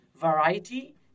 variety